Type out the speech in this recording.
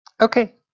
okay